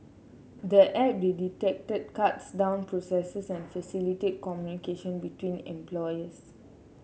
the app they detected cuts down processes and facilitate communication between employees